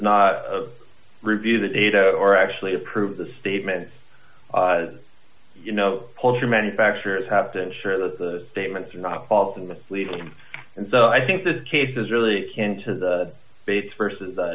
not of review the data or actually approve the statements you know culture manufacturers have to ensure that the statements are not false and misleading and so i think this case is really into the base versus the